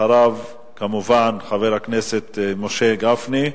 אחריו, כמובן, חבר הכנסת משה גפני,